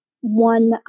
one